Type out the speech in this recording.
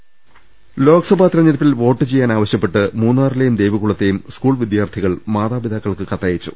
രുവെട്ടിരു ലോക്സഭാ തെരഞ്ഞെടുപ്പിൽ വോട്ട് ചെയ്യാൻ ആവശ്യപ്പെട്ട് മൂന്നാറി ലെയും ദേവികുളത്തെയും സ്കൂൾ വിദ്യാർത്ഥികൾ മാതാപിതാക്കൾക്ക് കത്തയച്ചു